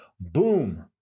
Boom